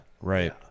Right